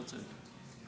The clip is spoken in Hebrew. לא צריך.